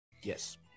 Yes